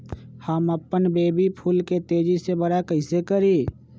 हम अपन बेली फुल के तेज़ी से बरा कईसे करी?